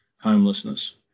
homelessness